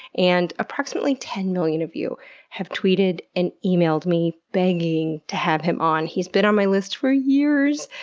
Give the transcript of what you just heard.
and approximately ten million of you have tweeted and emailed me begging to have him on. he's been on my list for years,